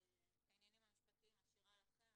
את העניינים המשפטיים אני משאירה לכם.